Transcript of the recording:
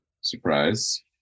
surprise